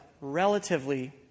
relatively